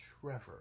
Trevor